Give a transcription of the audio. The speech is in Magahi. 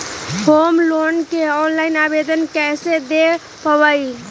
होम लोन के ऑनलाइन आवेदन कैसे दें पवई?